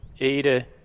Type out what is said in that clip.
Ada